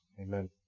amen